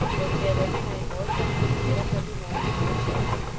go to bed every night more drunk and get up every morning more sober,